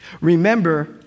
Remember